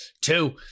two